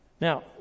Now